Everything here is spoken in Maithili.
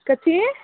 कथी